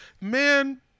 Man